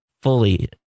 fully